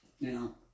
Now